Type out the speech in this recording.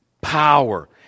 power